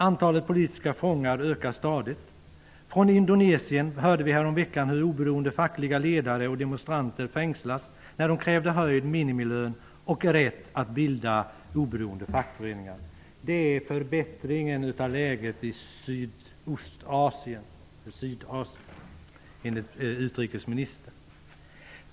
Antalet politiska fångar ökar stadigt. Från Indonesien hörde vi häromveckan hur oberoende fackliga ledare och demonstranter fängslades när de krävde höjd minimilön och rätt att bilda oberoende fackföreninger. Det är en förbättring av läget i Sydostasien enligt utrikesministern.